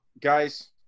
Guys